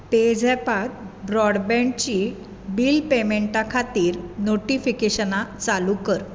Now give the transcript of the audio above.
पेझॅपांत ब्रॉडबँडची बिल पेमेंटा खातीर नोटीफिकेशनां चालू कर